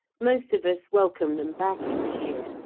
most of us welcome them back each year,